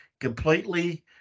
completely